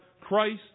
Christ